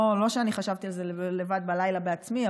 לא שחשבתי על זה לבד בלילה בעצמי,